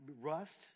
rust